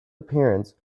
appearance